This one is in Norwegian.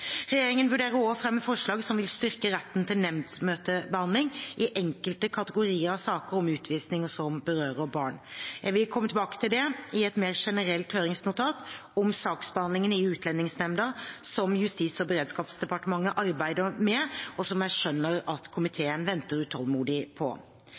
Regjeringen vurderer også å fremme forslag som vil styrke retten til nemndmøtebehandling i enkelte kategorier av saker om utvisning som berører barn. Jeg vil komme tilbake til dette i et mer generelt høringsnotat om saksbehandlingen i Utlendingsnemnda som Justis- og beredskapsdepartementet arbeider med, og som jeg skjønner at komiteen venter utålmodig på.